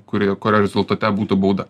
kurie kurio rezultate būtų bauda